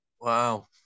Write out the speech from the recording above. Wow